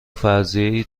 فرضیهای